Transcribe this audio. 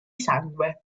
sangue